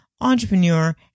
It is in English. Entrepreneur